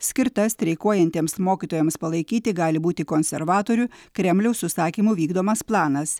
skirta streikuojantiems mokytojams palaikyti gali būti konservatorių kremliaus užsakymu vykdomas planas